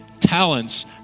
talents